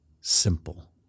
Simple